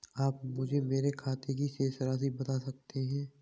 आप मुझे मेरे खाते की शेष राशि बता सकते हैं?